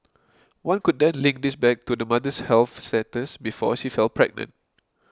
one could then link this back to the mother's health status before she fell pregnant